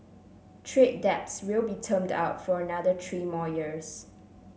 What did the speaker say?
trade debts will be termed out for another three more years